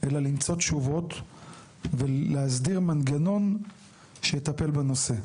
אלא למצוא תשובות ולהסדיר מנגנון שיטפל בנושא.